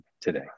today